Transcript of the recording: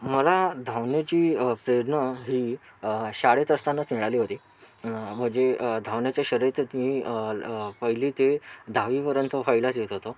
मला धावण्याची प्रेरणा ही शाळेत असतानाच मिळाली होती म्हणजे धावण्याच्या शर्यतीत मी पहिली ते दहावीपर्यंत पहिलाच येत होतो